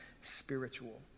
spiritual